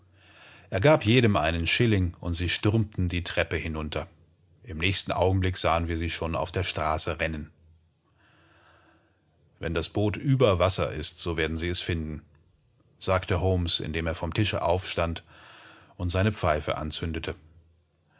er gab jedem einen shilling und sie schossen die treppen hinunter im nächsten moment sah ich sie auf der straße verschwinden wenn die barkasse sich über wasser befindet wird sie auch entdeckt sagte holmes als er aufstand und sich die pfeife anzündete